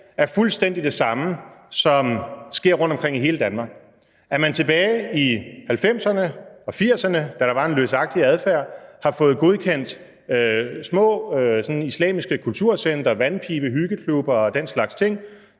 er fuldstændig det samme som det, der sker rundtomkring i hele Danmark. Man har som tilbage i 1980'erne og 1990'erne, da der var en løsagtig adfærd, fået godkendt små islamiske kulturcentre, vandpibe- og hyggeklubber og den slags ting,